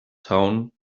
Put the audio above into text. town